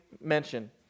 mention